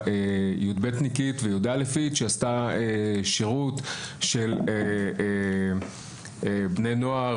תלמידת י"א-י"ב שעשתה שירות של בני נוער,